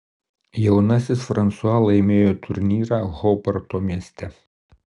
jaunasis fransua laimėjo turnyrą hobarto mieste